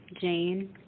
Jane